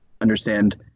understand